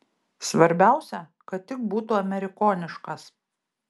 svarbiausia kad tik būtų amerikoniškas